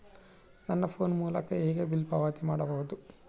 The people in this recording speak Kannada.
ನನ್ನ ಫೋನ್ ಮೂಲಕ ಹೇಗೆ ಬಿಲ್ ಪಾವತಿ ಮಾಡಬಹುದು?